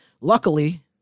Luckily